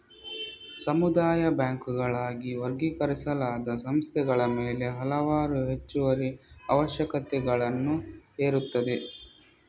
ಸಮುದಾಯ ಬ್ಯಾಂಕುಗಳಾಗಿ ವರ್ಗೀಕರಿಸಲಾದ ಸಂಸ್ಥೆಗಳ ಮೇಲೆ ಹಲವಾರು ಹೆಚ್ಚುವರಿ ಅವಶ್ಯಕತೆಗಳನ್ನು ಹೇರುತ್ತದೆ